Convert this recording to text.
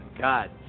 God